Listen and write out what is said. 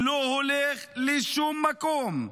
שלא הולך לשום מקום,